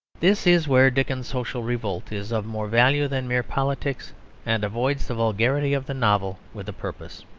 this is where dickens's social revolt is of more value than mere politics and avoids the vulgarity of the novel with a purpose.